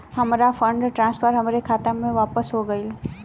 हमार fund transfer हमरे खाता मे वापस हो गईल